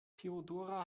theodora